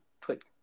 put